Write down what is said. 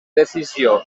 decisió